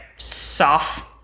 soft